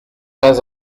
pas